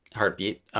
heartbeat,